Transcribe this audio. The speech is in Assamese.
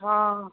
অ